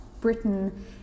Britain